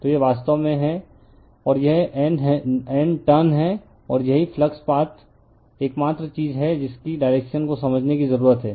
तो यह वास्तव में है और यह N टर्न है और यही फ्लक्स पाथ एकमात्र चीज है जिसकी डायरेक्शन को समझने की जरूरत है